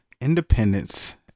independence